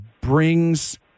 brings